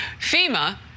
FEMA